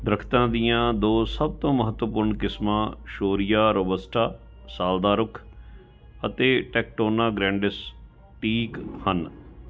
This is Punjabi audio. ਦਰਖ਼ਤਾਂ ਦੀਆਂ ਦੋ ਸਭ ਤੋਂ ਮਹੱਤਵਪੂਰਨ ਕਿਸਮਾਂ ਸ਼ੋਰੀਆ ਰੋਬਸਟਾ ਸਾਵ ਦਾ ਰੁੱਖ ਅਤੇ ਟੈਕਟੋਨਾ ਗ੍ਰੈਂਡਿਸ ਟੀਕ ਹਨ